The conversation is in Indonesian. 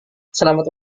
selamat